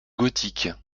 gothique